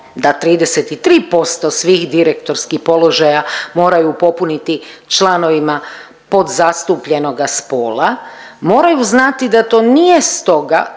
da 33% svih direktorskih položaja moraju popuniti članovima podzastupljenoga spola, moraju znati da to nije stoga